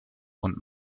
und